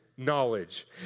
knowledge